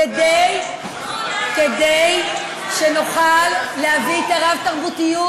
כדי שנוכל להביא את הרב-תרבותיות,